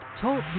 Talk